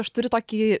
aš turiu tokį